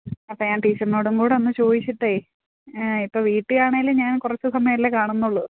അപ്പോള് ഞാൻ ടീച്ചറിനോടുംകൂടെയൊന്ന് ചോദിച്ചിട്ട് ഇപ്പോള് വീട്ടിലാണെങ്കിലും ഞാന് കുറച്ചു സമയമല്ലെ കാണുന്നുള്ളൂ